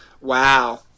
wow